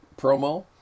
promo